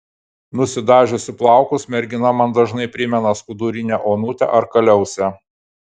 nusidažiusi plaukus mergina man dažnai primena skudurinę onutę ar kaliausę